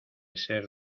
ser